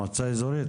מועצה אזורית?